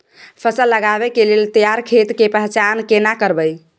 फसल लगबै के लेल तैयार खेत के पहचान केना करबै?